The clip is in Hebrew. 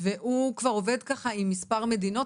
והוא כבר עובד ככה עם מספר מדינות.